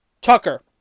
Tucker